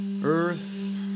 Earth